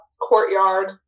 courtyard